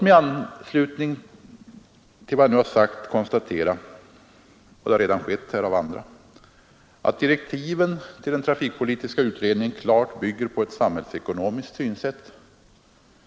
I anslutning till vad jag nu sagt vill jag konstatera — det har redan konstaterats här av andra — att direktiven till den trafikpolitiska utredningen klart bygger på ett samhällsekonomiskt synsätt.